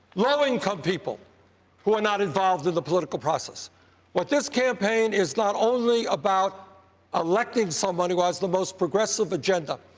low income people who are not involved in the political process. sanders what this campaign is not only about electing someone who has the most progressive agenda,